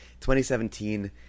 2017